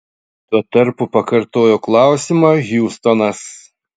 tuo tarpu pakartojo klausimą hjustonas